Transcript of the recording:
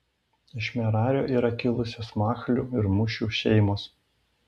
iš merario yra kilusios machlių ir mušių šeimos